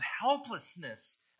helplessness